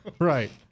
Right